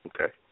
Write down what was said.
Okay